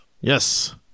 Yes